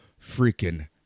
freaking